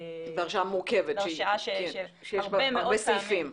בהרשעה שהרבה מאוד פעמים --- זו הרשעה מורכבת עם הרבה מאוד סעיפים.